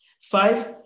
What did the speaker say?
Five